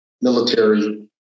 military